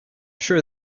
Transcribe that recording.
sure